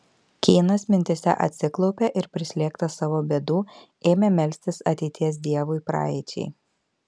kynas mintyse atsiklaupė ir prislėgtas savo bėdų ėmė melstis ateities dievui praeičiai